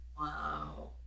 Wow